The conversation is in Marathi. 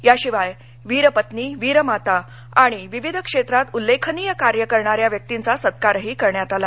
याशिवाय वीरपत्नी वीरमाता आणि विविध क्षेत्रात उल्लेखनीय कार्य करणाऱ्या व्यक्तींचा सत्कारही करण्यात आला